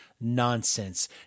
nonsense